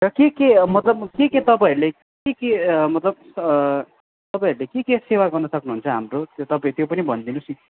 के के मतलब के के तपाईँहरूले के के मतलब तपाईँहरूले के के सेवा गर्नु सक्नुहुन्छ हाम्रो त्यो तपाईँ त्यो पनि भनिदिनुहोस् न